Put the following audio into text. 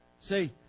See